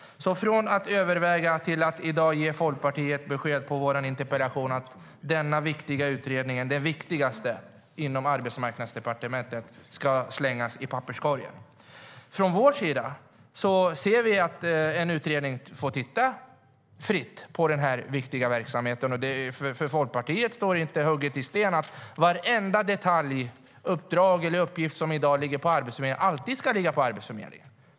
Efter att ha övervägt ger hon i dag i svaret på min interpellation beskedet till Folkpartiet att denna viktiga utredning - den viktigaste inom Arbetsmarknadsdepartementet - ska slängas i papperskorgen. Från vår sida anser vi att en utredning ska få titta fritt på den här viktiga verksamheten. Och för Folkpartiet står det inte hugget i sten att varje detalj, uppdrag eller uppgift som i dag ligger på Arbetsförmedlingen alltid ska ligga på Arbetsförmedlingen.